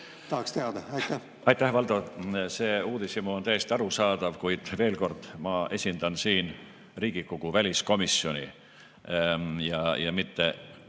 tahaks teada. Aitäh, Valdo! See uudishimu on täiesti arusaadav, kuid veel kord: ma esindan siin Riigikogu väliskomisjoni ja mitte